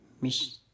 miss